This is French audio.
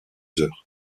heures